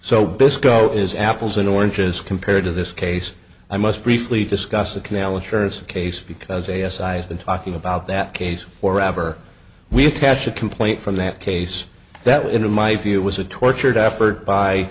so biscoe is apples and oranges compared to this case i must briefly discuss the canal insurance case because a s i been talking about that case for ever we attach a complaint from that case that would in my view was a tortured effort by